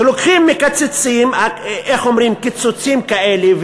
כשלוקחים ומקצצים קיצוצים כאלה,